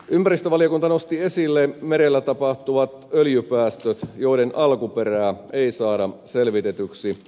ympäristövaliokunta nosti esille merellä tapahtuvat öljypäästöt joiden alkuperää ei saada selvitetyksi